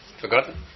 Forgotten